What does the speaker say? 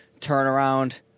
turnaround